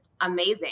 amazing